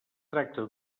tracta